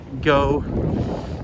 go